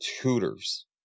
tutors